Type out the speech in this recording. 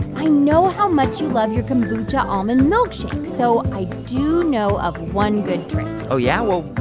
i know how much you love your kombucha almond milkshakes. so i do know of one good trick oh, yeah? well,